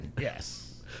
Yes